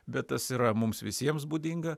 bet tas yra mums visiems būdinga